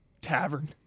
tavern